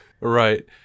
Right